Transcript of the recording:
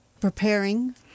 Preparing